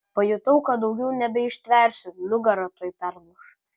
pajutau kad daugiau nebeištversiu nugara tuoj perlūš